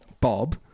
Bob